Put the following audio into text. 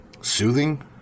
soothing